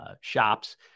shops